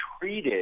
treated